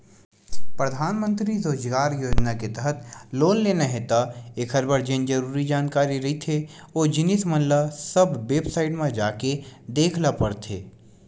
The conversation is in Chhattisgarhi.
परधानमंतरी रोजगार योजना के तहत लोन लेना हे त एखर बर जेन जरुरी जानकारी रहिथे ओ जिनिस मन ल सब बेबसाईट म जाके देख ल परथे